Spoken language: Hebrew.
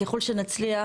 ככל שנצליח,